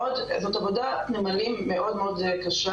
זאת עבודת נמלים מאוד קשה